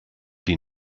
die